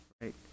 right